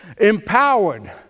empowered